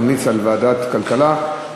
ממליץ על ועדת הכלכלה,